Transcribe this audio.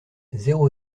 zéro